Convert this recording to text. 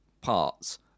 parts